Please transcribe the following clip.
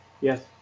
Yes